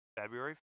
February